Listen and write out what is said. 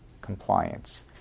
compliance